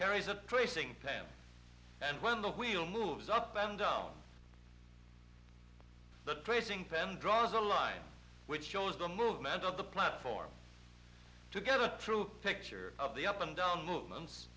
carries a tracing panel and when the wheel moves up bend though the tracing pen draws a line which shows the movement of the platform to get a true picture of the up and down movement